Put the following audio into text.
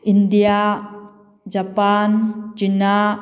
India Japan China